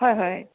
হয় হয়